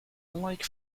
unlike